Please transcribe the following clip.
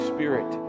Spirit